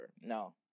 No